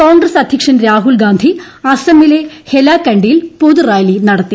കോൺഗ്രസ് അധ്യക്ഷൻ രാഹുൽഗാന്ധി അസ്സമിലെ ഹൈലാകണ്ടിയിൽ പൊതുറാലി നടത്തി